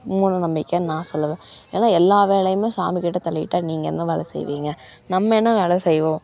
மூட நம்பிக்கனு நான் சொல்லுவேன் ஏன்னா எல்லா வேலையுமே சாமிக்கிட்ட தள்ளிட்டால் நீங்கள் என்ன வேலை செய்வீங்க நம்ம என்ன வேலை செய்வோம்